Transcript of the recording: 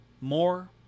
More